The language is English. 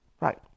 Right